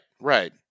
right